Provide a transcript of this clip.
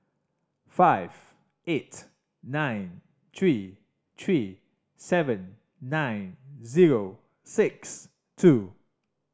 five eight nine three three seven nine zero six two